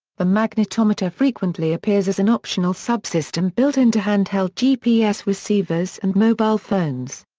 the magnetometer frequently appears as an optional subsystem built into hand-held gps receivers and mobile phones.